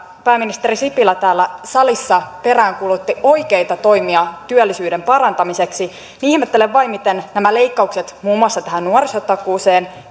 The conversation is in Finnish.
pääministeri sipilä täällä salissa myöskin peräänkuulutti oikeita toimia työllisyyden parantamiseksi ihmettelen vain miten nämä leikkaukset muun muassa tähän nuorisotakuuseen